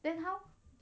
then how